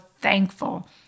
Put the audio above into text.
thankful